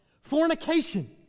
Fornication